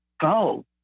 go